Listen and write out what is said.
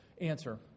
answer